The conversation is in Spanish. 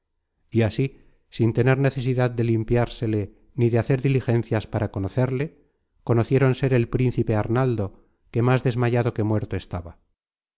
y así sin tener necesidad de limpiársele ni de hacer diligencias para conocerle conocieron ser el príncipe arnaldo que más desmayado que muerto estaba